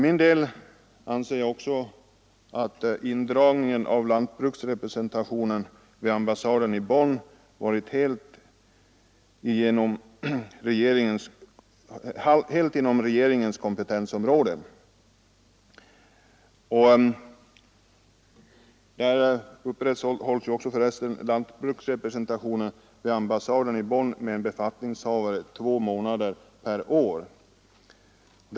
Jag anser också att indragningen av lantbruksrepresentanten vid ambassaden i Bonn är en fråga som har legat helt inom regeringens Nr 86 kompetensområde. Lantbruksrepresentationen vid ambassaden i Bonn Tisdagen den upprätthålls för övrigt med en befattningshavare två månader per år, en 21 maj 1974 sjättedels tjänst.